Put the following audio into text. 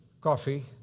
coffee